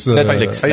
Netflix